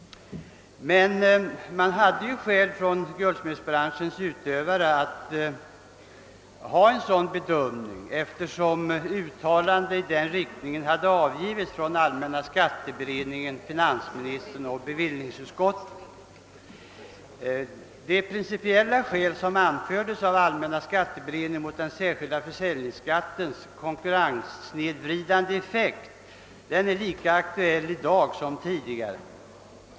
Guldsmederna hade dock skäl för sin förhoppning, eftersom uttalanden i den riktningen gjorts av allmänna skatteberedningen, finansministern och bevillningsutskottet. De principiella skäl som anfördes av allmänna skatteberedningen mot den särskilda försäljningsskattens konkurrenssnedvridande effekt är lika aktuella i dag som tidigare.